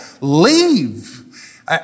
Leave